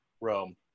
Rome